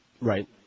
Right